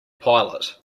pilot